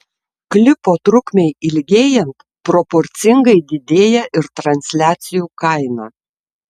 klipo trukmei ilgėjant proporcingai didėja ir transliacijų kaina